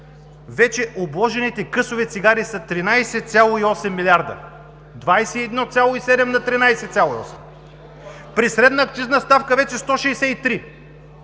вече обложените късове цигари са 13,8 милиарда – 21,7 на 13,8. При средна акцизна ставка вече 163.